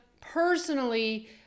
personally